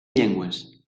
llengües